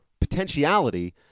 potentiality